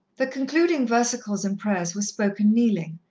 the concluding versicles and prayers were spoken kneeling,